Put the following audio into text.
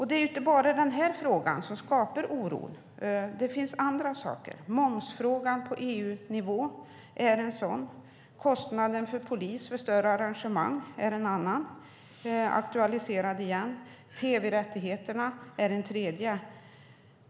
Det är inte bara denna fråga som skapar oro. Det finns andra saker. Momsfrågan på EU-nivå är en sådan. Kostnaden för polisbevakning vid större arrangemang är en annan som har aktualiserats igen. Tv-rättigheterna är en tredje.